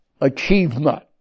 achievement